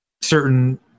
certain